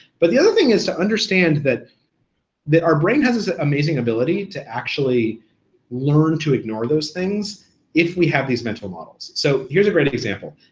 but the other thing is to understand that that our brain has this amazing ability to actually learn to ignore those things if we have these mental models. so here's a great example.